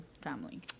family